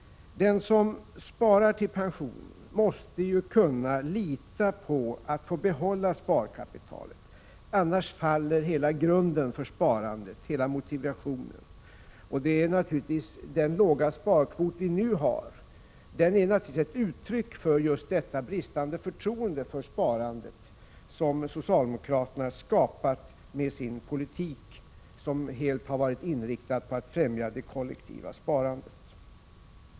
Den som sparar till pension måste kunna lita på att han får behålla sparkapitalet — annars faller hela motivationen för sparandet. Den låga sparkvot vi nu har är naturligtvis ett uttryck för just detta bristande förtroende för sparandet som socialdemokraterna skapat med sin politik, som helt har varit inriktad på att främja det kollektiva sparandet.